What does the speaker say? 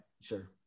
Sure